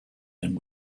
and